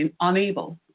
unable